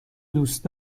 دوست